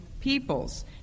peoples